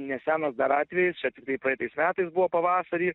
nesenas dar atvejis čia tiktai praeitais metais buvo pavasarį